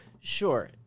Sure